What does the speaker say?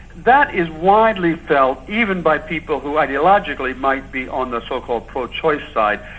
that is widely felt even by people who ideologically might be on the so-called pro-choice side.